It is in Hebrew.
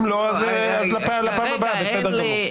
אם לא, אז לפעם הבאה, בסדר גמור.